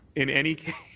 in any case,